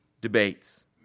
debates